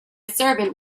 servant